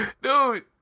Dude